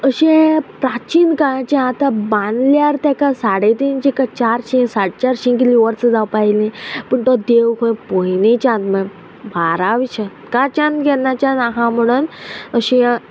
अशें प्राचीन काळाचे आतां बांदल्यार तेका साडे तीनशी काय चारशी साडे चारशीं कितें वर्सां जावपा आयली पूण तो देव खंय पयलीच्यान म्हण भारव शतकाच्यान जेन्नाचान आहा म्हणून अशें